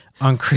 on